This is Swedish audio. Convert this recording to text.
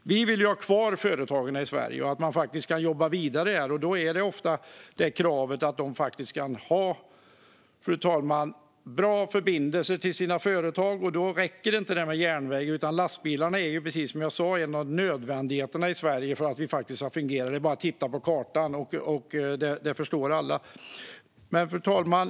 Vi vill ha kvar företagen i Sverige. Vi vill att de ska kunna jobba vidare här. Då är kravet ofta att de kan ha bra förbindelser till sina företag, fru talman, och därför räcker det inte med järnväg. Precis som jag sa är lastbilarna en av nödvändigheterna för att det faktiskt ska fungera i Sverige. Det är bara att titta på kartan; det förstår alla. Fru talman!